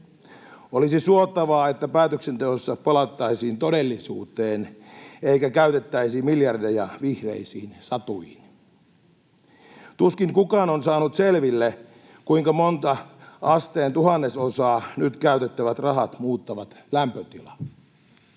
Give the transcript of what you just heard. Olisi suotavaa, että päätöksenteossa palattaisiin todellisuuteen eikä käytettäisi miljardeja vihreisiin satuihin. Tuskin kukaan on saanut selville, kuinka monta asteen tuhannesosaa nyt käytettävät rahat muuttavat lämpötilaa.